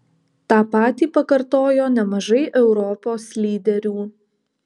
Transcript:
tą patį pakartojo nemažai europos lyderių